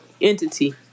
entity